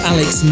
Alex